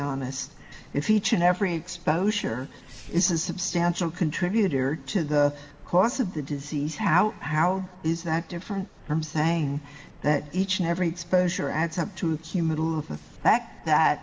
honest if each and every exposure is a substantial contributor to the cost of the disease how how is that different from saying that each and every special adds up to q middle of the fact that